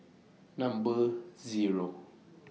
Number Zero